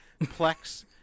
Plex